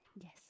Yes